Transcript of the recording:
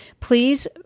please